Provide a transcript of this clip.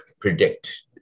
predict